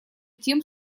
тем